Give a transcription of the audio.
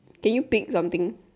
can you pick something